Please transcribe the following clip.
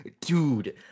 Dude